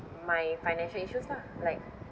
my financial issues lah like